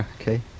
Okay